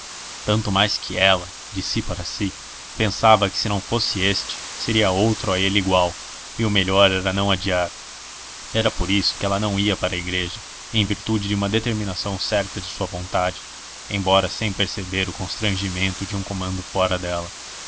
tanto mais que ela de si para si pensava que se não fosse este seria outro a ele igual e o melhor era não adiar era por isso que ela não ia para a igreja em virtude de uma determinação certa de sua vontade embora sem perceber o constrangimento de um comando fora dela